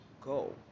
go